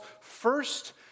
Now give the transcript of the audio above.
first